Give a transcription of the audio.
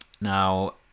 now